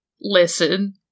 listen